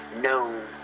known